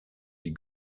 die